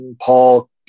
Paul